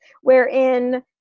wherein